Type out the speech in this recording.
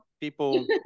people